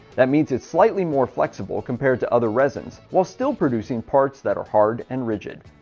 that means it's slightly more flexible compared to other resins while still producing parts that are hard and rigid.